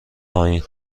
پایین